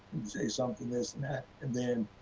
say something, this and that. and then,